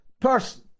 person